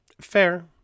Fair